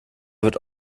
wird